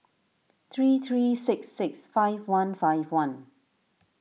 three three six six five one five one